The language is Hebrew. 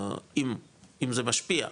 אם זה משפיע,